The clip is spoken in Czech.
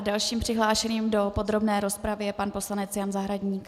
Dalším přihlášeným do podrobné rozpravy je pan poslanec Jan Zahradník.